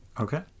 Okay